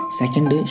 second